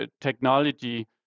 technology